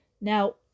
Now